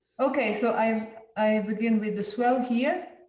okay, so i'm i'm beginning with a swirl here